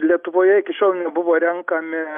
lietuvoje iki šiol nebuvo renkami